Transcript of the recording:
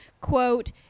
quote